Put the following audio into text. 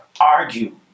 argue